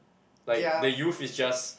like the youth is just